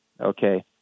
okay